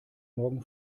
morgen